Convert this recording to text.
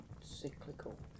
cyclical